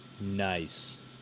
Nice